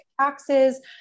taxes